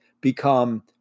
become